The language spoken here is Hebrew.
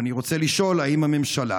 ואני רוצה לשאול אם הממשלה,